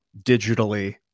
digitally